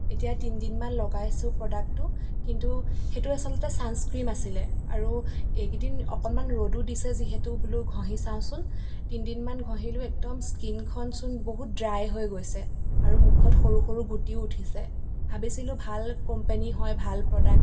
এতিয়া তিনিদিনমান লগাইছো প্ৰডাক্টটো কিন্তু সেইটো আচলতে ছানস্ক্ৰীণ আছিলে আৰু এইকেইদিন অকণমান ৰ'দো দিছে যিহেতু বোলো ঘঁহি চাওঁচোন তিনিদিনমান ঘঁহিলো একদম স্কিণখনচোন বহুত ড্ৰাই হৈ গৈছে আৰু মুখত সৰু সৰু গুটিও উঠিছে ভাবিছিলো ভাল কোম্পেনী হয় ভাল প্ৰডাক্ট